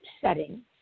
setting